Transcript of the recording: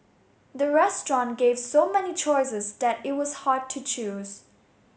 the restaurant gave so many choices that it was hard to choose